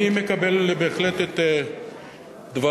אני מקבל בהחלט את דבריך,